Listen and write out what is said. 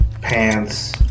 pants